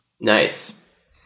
Nice